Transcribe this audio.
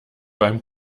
beim